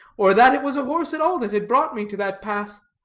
or that it was a horse at all that had brought me to that pass.